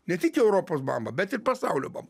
ne tik europos bamba bet ir pasaulio bam